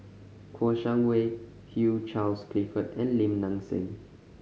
Kouo Shang Wei Hugh Charles Clifford and Lim Nang Seng